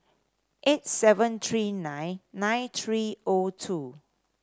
eight seven three nine nine three O two